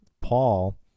Paul